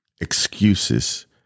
excuses